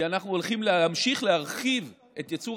כי אנחנו הולכים להמשיך להרחיב את ייצור